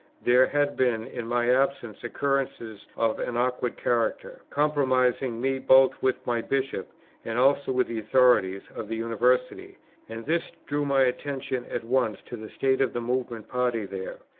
there had been, in my absence, occurrences of an awkward character, compromising me both with my bishop and also with the authorities of the university and this drew my attention at once to the state of the movement party there,